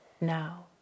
now